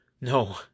No